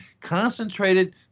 concentrated